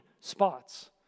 spots